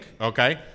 okay